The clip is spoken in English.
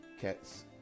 cats